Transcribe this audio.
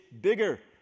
bigger